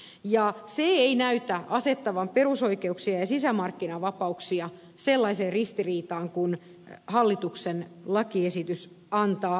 se ei näytä asettavan perusoikeuksia ja sisämarkkinavapauksia sellaiseen ristiriitaan kuin hallituksen lakiesitys antaa ymmärtää